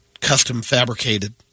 custom-fabricated